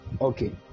Okay